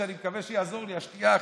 שאני מקווה שתעזור לי השתייה עכשיו.